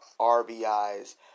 RBIs